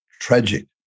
Tragic